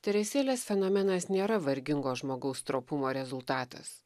teresėlės fenomenas nėra vargingo žmogaus stropumo rezultatas